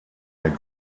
der